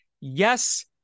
Yes